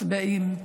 מצביעים,